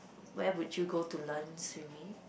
where would you go to learn swimming